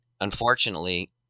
unfortunately